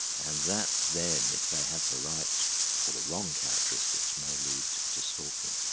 and that, then, if they have the right or the wrong characteristics, may lead to stalking.